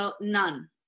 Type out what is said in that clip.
none